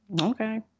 okay